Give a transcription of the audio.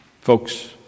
Folks